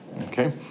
Okay